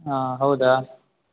ಹಾಂ ಹೌದಾ